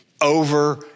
over